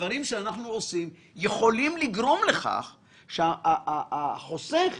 שדברים שאנחנו עושים יכולים לגרום לכך שמצבו של החוסך